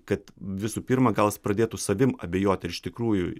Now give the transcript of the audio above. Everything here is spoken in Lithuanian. kad visų pirma gal jis pradėtų savim abejoti ir iš tikrųjų